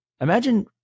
imagine